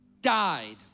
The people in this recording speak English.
died